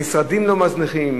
המשרדים לא מזניחים.